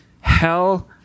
hell